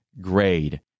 Grade